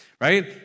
right